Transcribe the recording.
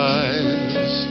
eyes